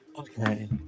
Okay